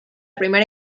primera